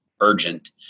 urgent